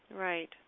Right